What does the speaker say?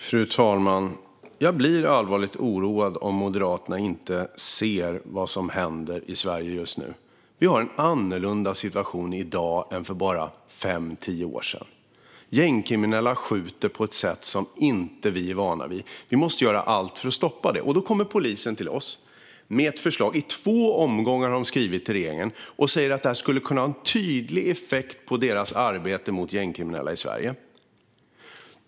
Fru talman! Jag blir allvarligt oroad om Moderaterna inte ser vad som händer i Sverige just nu. Vi har en annorlunda situation i dag än för bara fem till tio år sedan. Gängkriminella skjuter på ett sätt som vi inte är vana vid. Vi måste göra allt för att stoppa det. Polisen kommer till oss med ett förslag - i två omgångar har de skrivit till regeringen - och säger att detta skulle kunna ha en tydlig effekt på deras arbete mot gängkriminella i Sverige.